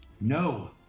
No